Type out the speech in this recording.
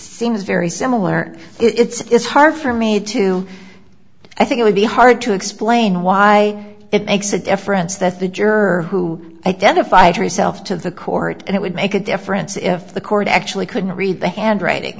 seems very similar it's hard for me to i think it would be hard to explain why it makes a difference that the juror who identified herself to the court and it would make a difference if the court actually couldn't read the handwriting